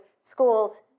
schools